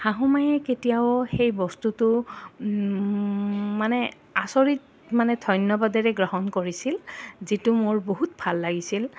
শাহুমায়ে কেতিয়াও সেই বস্তুটো মানে আচৰিত মানে ধন্যবাদেৰে গ্ৰহণ কৰিছিল যিটো মোৰ বহুত ভাল লাগিছিল